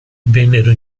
vennero